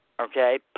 Okay